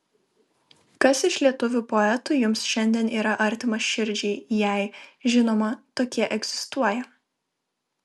kas iš lietuvių poetų jums šiandien yra artimas širdžiai jei žinoma tokie egzistuoja